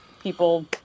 people